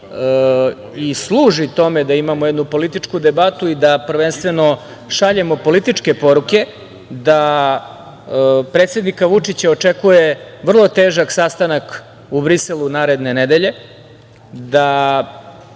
i služi tome da imamo jednu političku debatu i da prvenstveno šaljemo političke poruke, da predsednika Vučića očekuje vrlo težak sastanak u Briselu naredne nedelje, da